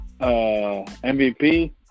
MVP